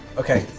okay,